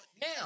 now